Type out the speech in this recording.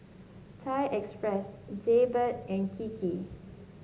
Thai Express Jaybird and Kiki